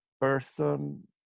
person